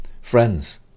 Friends